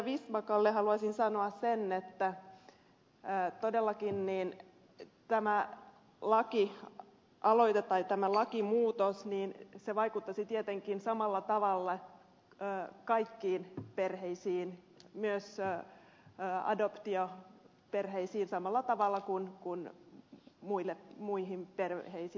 vistbackalle haluaisin sanoa sen että tämä lakialoite tai tämä lakimuutos vaikuttaisi tietenkin samalla tavalla kaikkiin perheisiin siis myös adoptioperheisiin samalla tavalla kuin muihin perheisiin